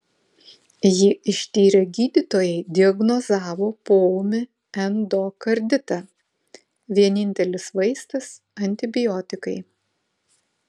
jį ištyrę gydytojai diagnozavo poūmį endokarditą vienintelis vaistas antibiotikai